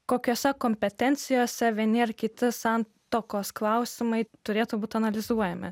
kokiose kompetencijose vieni ar kiti santuokos klausimai turėtų būt analizuojami